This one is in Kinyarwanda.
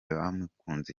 bamukunze